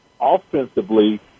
offensively